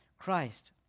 Christ